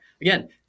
Again